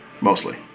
mostly